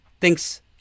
thinks